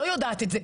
לא יודעת את זה,